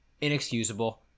inexcusable